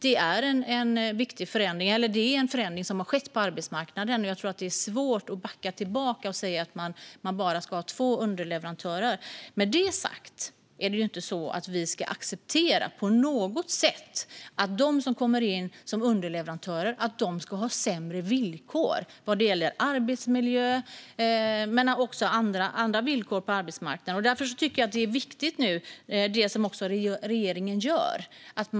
Det är en förändring som har skett på arbetsmarknaden. Jag tror att det är svårt att backa tillbaka och säga att man bara ska ha två underleverantörer. Med det sagt är det inte så att vi på något sätt ska acceptera att de som kommer in som underleverantörer har sämre villkor vad gäller arbetsmiljö men också andra villkor på arbetsmarknaden. Det som regeringen nu gör är viktigt.